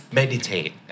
meditate